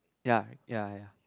ya ya ya